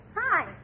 Hi